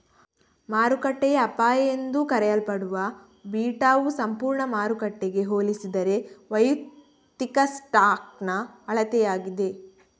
ಮಾರುಕಟ್ಟೆಯ ಅಪಾಯ ಎಂದೂ ಕರೆಯಲ್ಪಡುವ ಬೀಟಾವು ಸಂಪೂರ್ಣ ಮಾರುಕಟ್ಟೆಗೆ ಹೋಲಿಸಿದರೆ ವೈಯಕ್ತಿಕ ಸ್ಟಾಕ್ನ ಅಳತೆಯಾಗಿದೆ